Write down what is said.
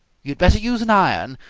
you had better use an iron.